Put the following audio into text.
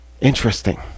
interesting